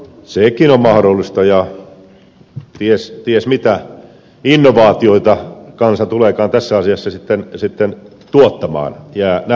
sekin on mahdollista ja ties mitä innovaatioita kansa tuleekaan tässä asiassa sitten tuottamaan jää nähtäväksi